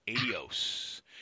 Adios